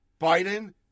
Biden